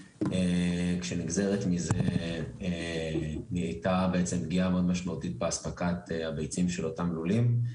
כשנגזרת מזה פגיעה מאוד משמעותית באספקת הביצים של אותם לולים.